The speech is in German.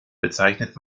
bezeichnet